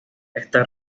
está